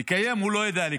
לקיים, הוא לא יודע.